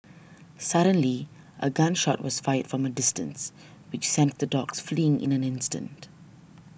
suddenly a gun shot was fired from a distance which sent the dogs fleeing in an instant